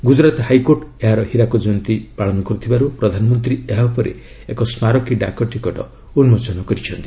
Gujarat high court ଏହାର ହୀରକ ଜୟନ୍ତୀ ପାଳନ କରୁଥିବାରୁ ପ୍ରଧାନମନ୍ତ୍ରୀ ଏହା ଉପରେ ଏକ ସ୍କାରକୀ ଡାକ ଟିକଟ ଉନ୍ତୋଚନ କରିଛନ୍ତି